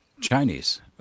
Chinese